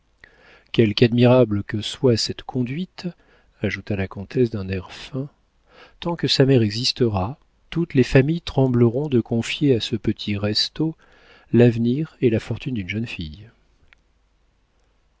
quelque admirable que soit cette conduite ajouta la comtesse d'un air fin tant que sa mère existera toutes les familles trembleront de confier à ce petit restaud l'avenir et la fortune d'une jeune fille